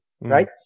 right